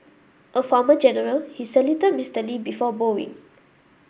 a former general he saluted Mister Lee before bowing